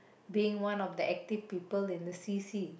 being one of the active people in the C_C